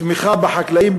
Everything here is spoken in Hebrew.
תמיכה בחקלאים,